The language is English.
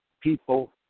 people